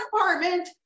apartment